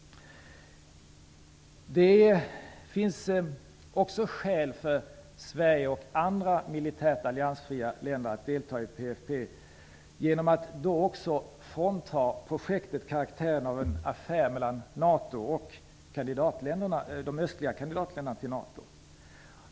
Det finns också skäl för Sverige och andra militärt alliansfria länder att delta i PFF för att då frånta projektet karaktären av en affär mellan NATO och de östländer som kandiderar för ett medlemskap i NATO.